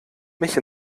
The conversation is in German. mich